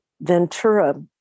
Ventura